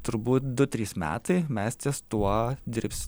turbūt du trys metai mes ties tuo dirbs